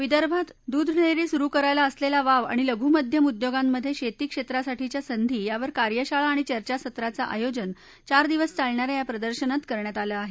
विदर्भात दूध डेअरी सुरु करायला असलेला वाव आणि लघु मध्यम उद्योगांमधे शेती क्षेत्रासाठीच्या संधी यावर कार्यशाळा आणि चर्चासत्राचं आयोजन चार दिवस चालणाऱ्या या प्रदर्शनात करण्यात आलं आहे